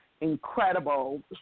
incredible